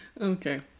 Okay